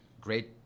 great